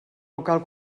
local